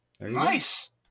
Nice